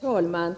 Herr talman!